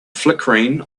flickering